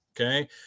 okay